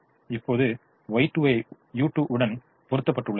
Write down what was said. இப்போது Y2 ஐ u2 உடன் பொருத்தப்பட்டுள்ளது